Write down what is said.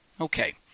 Okay